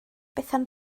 bethan